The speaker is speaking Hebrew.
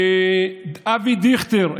אבי דיכטר,